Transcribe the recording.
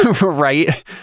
Right